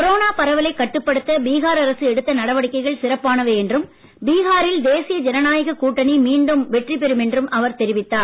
corona பரவலை கட்டுப்படுத்த பீகார் அரசு எடுத்த நடவடிக்கைகள் சிறப்பானவை என்றும் பீகாரில் தேசிய ஜனநாயக கூட்டணி மீண்டும் வெற்றி பெறும் என்றும் தெரிவித்தார்